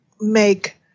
make